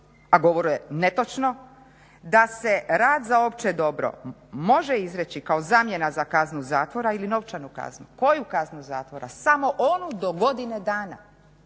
u govoru je netočno da se rad za opće dobro može izreći kao zamjena za kaznu zatvora ili novčanu kaznu, koju kaznu zatvora, samo onu do godine dana.